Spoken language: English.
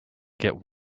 get